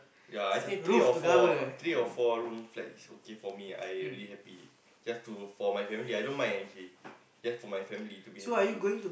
yea I think three or four three or four room flat is okay for me I already happy just for my family I don't mind actually just for my family to be happy